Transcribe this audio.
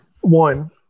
One